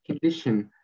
condition